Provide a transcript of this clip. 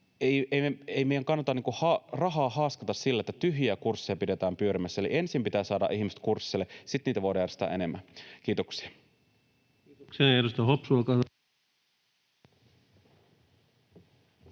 ei meidän kannata haaskata rahaa silleen, että tyhjiä kursseja pidetään pyörimässä. Eli ensin pitää saada ihmiset kursseille, sitten niitä voidaan järjestää enemmän. — Kiitoksia.